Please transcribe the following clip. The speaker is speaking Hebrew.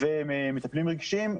ומטפלים רגשיים,